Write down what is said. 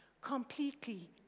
Completely